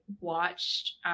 watched